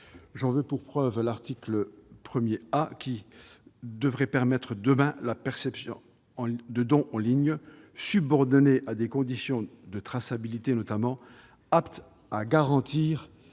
J'en veux pour preuve l'article 1 A, qui devrait permettre demain la perception de dons en ligne, subordonnés à des conditions, notamment de traçabilité, de nature à garantir